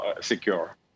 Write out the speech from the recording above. secure